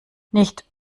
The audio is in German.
nicht